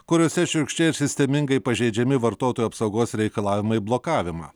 kuriose šiurkščiai ir sistemingai pažeidžiami vartotojų apsaugos reikalavimai blokavimą